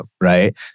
Right